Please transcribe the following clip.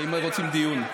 אם רוצים דיון.